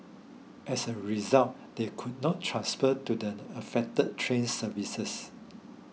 as a result they could not transfer to the affected train services